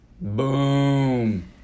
Boom